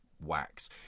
wax